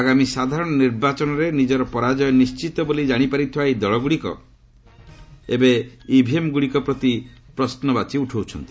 ଆଗାମୀ ସାଧାରଣ ନିର୍ବାଚନରେ ନିଜର ପରାଜୟ ନିଷ୍ଟିତ ବୋଲି ଜାଣିପାରିଥିବା ଏହି ଦଳଗୁଡିକ ଏବେ ଇଭିଏମ୍ ଗୁଡିକ ପ୍ରତି ପ୍ରଶ୍ନବାଚୀ ଉଠାଉଛନ୍ତି